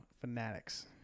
Fanatics